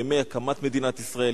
ימי הקמת מדינת ישראל.